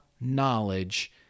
knowledge